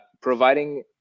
providing